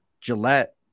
Gillette